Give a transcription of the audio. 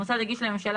המוסד יגיש לממשלה,